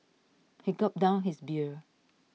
he gulped down his beer